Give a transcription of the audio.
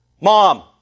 Mom